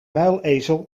muilezel